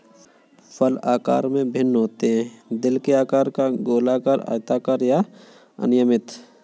फल आकार में भिन्न होते हैं, दिल के आकार का, गोलाकार, आयताकार या अनियमित